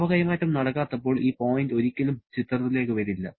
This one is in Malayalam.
താപ കൈമാറ്റം നടക്കാത്തപ്പോൾ ഈ പോയിന്റ് ഒരിക്കലും ചിത്രത്തിലേക്ക് വരില്ല